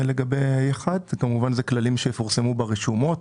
כמובן שאלה כללים שיפורסמו ברשומות,